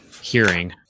hearing